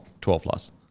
12-plus